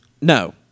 No